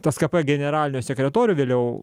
tė es ka pė generaliniu sekretoriu vėliau